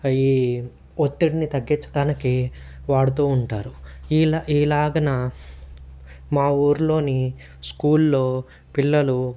ఈ ఒత్తిడిని తగ్గించడాానికి వాడుతూ ఉంటారు ఇలా ఈలాగన మా ఊర్లోని స్కూల్లో పిల్లలు